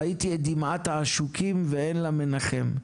ראיתי את דמעת העשוקים ואין לה מנחם.